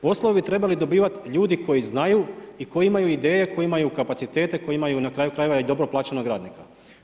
Poslove bi trebali dobivati ljudi koji znaju i koji imaju ideje, koji imaju kapacitete, koji imaju na kraju krajeva i dobro plaćenog radnika.